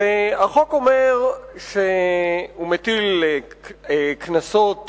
והחוק אומר שהוא מטיל קנסות